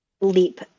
leap